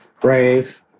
brave